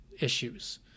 issues